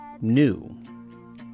new